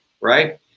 right